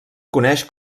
coneix